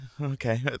okay